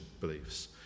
beliefs